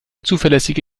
zuverlässige